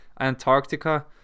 Antarctica